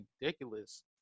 ridiculous